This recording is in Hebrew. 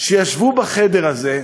שישבו בחדר הזה,